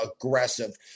aggressive